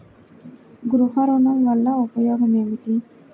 గృహ ఋణం వల్ల ఉపయోగం ఏమి?